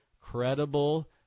credible